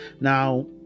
Now